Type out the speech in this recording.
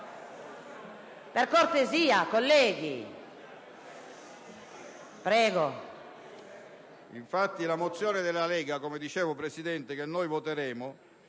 Per cortesia, colleghi, un po'